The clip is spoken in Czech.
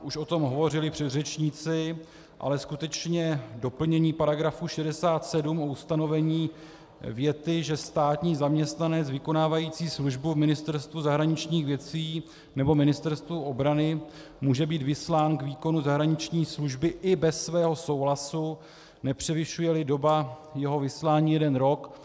Už o tom hovořili předřečníci, ale skutečně doplnění § 67 o ustanovení, věty, že státní zaměstnanec vykonávající službu v Ministerstvu zahraničních věcí nebo Ministerstvu obrany může být vyslán k výkonu zahraniční služby i bez svého souhlasu, nepřevyšujeli doba jeho vyslání jeden rok.